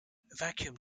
vacuum